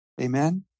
Amen